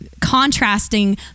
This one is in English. contrasting